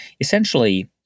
essentially